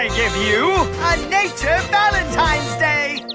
give you a nature valentine's